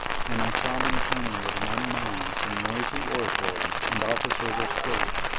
when i saw them turning with one mind from noisy orators and officers of state,